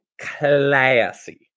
classy